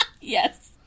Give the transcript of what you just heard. Yes